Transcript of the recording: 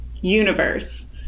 universe